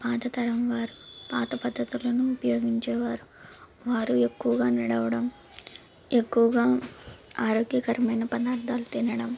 పాత తరం వారు పాత పద్ధతులను ఉపయోగించేవారు వారు ఎక్కువగా నడవడం ఎక్కువగా ఆరోగ్యకరమైన పదార్థాలు తినడం